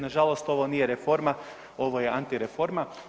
Nažalost ovo nije reforma ovo je antireforma.